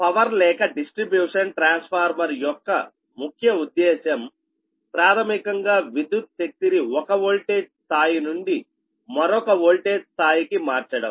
power లేక distribution transformer యొక్క ముఖ్య ఉద్దేశ్యం ప్రాథమికంగా విద్యుత్ శక్తిని ఒక వోల్టేజ్ స్థాయి నుండి మరొక వోల్టేజ్ స్థాయికి మార్చడం